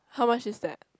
how much is that